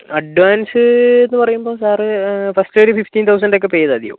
advance എന്നു പറയുമ്പോൾ sir first ഒരു ഫിഫ്റ്റീൻ തൗസൻറ് ഒക്കെ പേ ചെയ്താൽ മതിയാകും